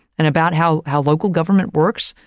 and about how how local government works,